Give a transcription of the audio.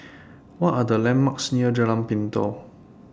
What Are The landmarks near Jalan Pintau